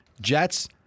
Jets